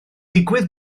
digwydd